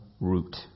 root